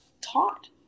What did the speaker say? taught